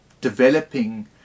developing